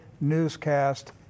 newscast